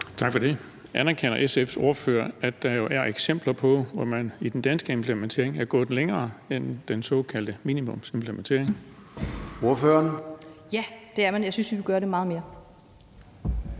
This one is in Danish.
Tak for det. Anerkender SF's ordfører, at der jo er eksempler på, at man i den danske implementering er gået længere end den såkaldte minimumsimplementering? Kl. 10:48 Formanden (Søren Gade): Ordføreren.